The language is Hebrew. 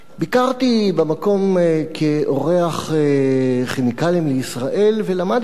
ביקרתי במקום כאורח "כימיקלים לישראל" ולמדתי